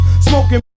smoking